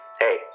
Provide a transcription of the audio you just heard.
Hey